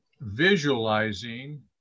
visualizing